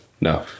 No